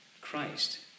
Christ